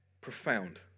profound